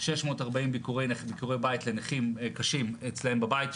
640 ביקורי בית לנכים קשים אצלם בבית.